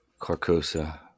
Carcosa